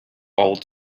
old